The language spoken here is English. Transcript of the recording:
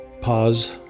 pause